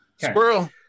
Squirrel